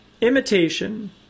Imitation